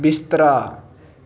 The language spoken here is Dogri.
बिस्तरा